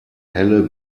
helle